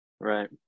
right